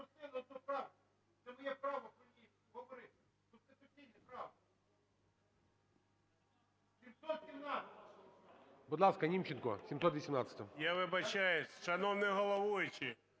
Будь ласка, Німченко, 718-а.